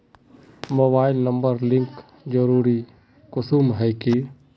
Mobile number link जरुरी कुंसम है की?